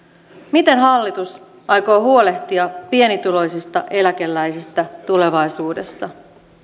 miten hallitus aikoo huolehtia pienituloisista eläkeläisistä tulevaisuudessa